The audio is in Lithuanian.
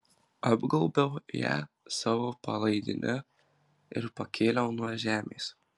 apgaubiau ją savo palaidine ir pakėliau nuo žemės